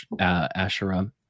Asherah